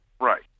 Right